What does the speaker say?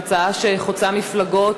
זו הצעה שחוצה מפלגות,